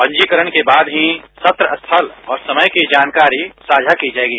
पंजीकरण के बाद ही सत्र स्थल समय की जानकारी साझा की जएगी